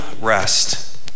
rest